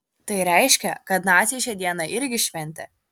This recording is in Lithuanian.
tai reiškia kad naciai šią dieną irgi šventė